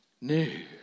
new